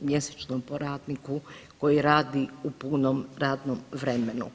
mjesečno po radniku koji radi u punom radnom vremenu.